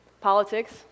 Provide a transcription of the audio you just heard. Politics